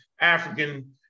African